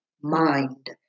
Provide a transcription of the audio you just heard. mind